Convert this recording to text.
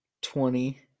Twenty